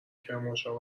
کرمانشاه